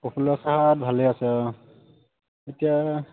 প্ৰফুল্ল ছাৰহঁত ভালেই আছে অঁ এতিয়া